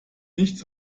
nichts